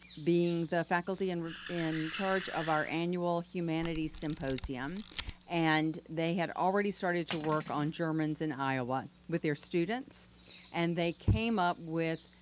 being the faculty and in charge of our annual humanities symposium and they had already started to work on germans in iowa with their students and they came up with,